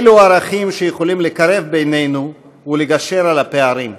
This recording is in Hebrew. אלו ערכים שיכולים לקרב בינינו, ולגשר על הפערים.